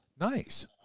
Nice